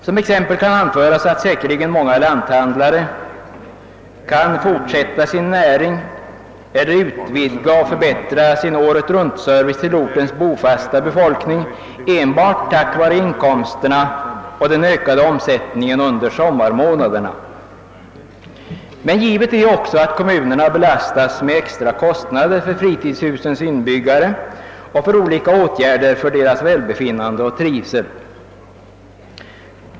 Som exempel kan anföras att säkerligen många lanthandlare kan fortsätta sin näring eller utvidga och förbättra sin åretruntservice till ortens bofasta befolkning enbart tack vare inkomsterna av den ökade omsättningen under sommarmånaderna. Givet är emellertid också att kommunerna belastas med extra kostnader för fritidshusens invånare och olika åtgärder för deras välbefinnande och trivsel.